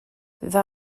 vers